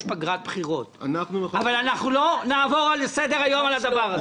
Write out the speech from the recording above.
פגרת בחירות אבל אנחנו לא נעבור לסדר-היום על הדבר הזה.